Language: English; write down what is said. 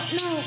no